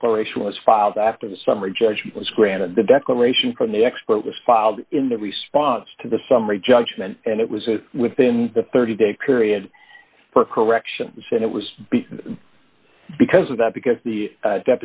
declaration was filed after the summary judgment was granted the declaration from the expert was filed in the response to the summary judgment and it was within the thirty day period for corrections and it was because of that because the